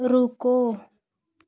रुको